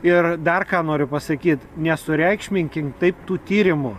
ir dar ką noriu pasakyt nesureikšminkim taip tų tyrimų